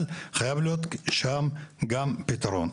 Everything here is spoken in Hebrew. אבל חייב להיות שם גם פתרון.